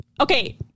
Okay